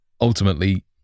ultimately